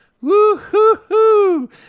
woo-hoo-hoo